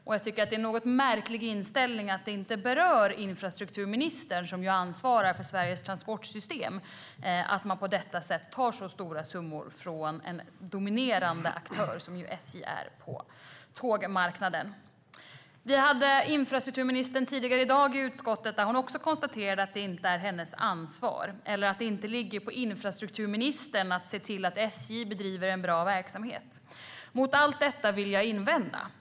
Det är en något märklig inställning att det inte berör infrastrukturministern, som ansvarar för Sveriges transportsystem, att man på detta sätt tar så stora summor från en dominerande aktör, som SJ är på tågmarknaden. Vi hade tidigare i dag infrastrukturministern i utskottet, där hon konstaterade att det inte är hennes ansvar eller att det inte ligger på infrastrukturministern att se till att SJ bedriver en bra verksamhet. Mot allt detta vill jag invända.